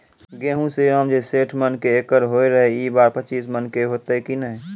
गेहूँ श्रीराम जे सैठ मन के एकरऽ होय रहे ई बार पचीस मन के होते कि नेय?